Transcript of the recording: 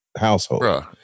household